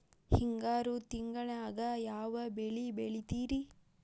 ಹಿಂಗಾರು ತಿಂಗಳದಾಗ ಯಾವ ಬೆಳೆ ಬೆಳಿತಿರಿ?